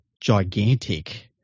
gigantic